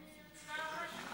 מה, אין הצבעה או משהו כזה?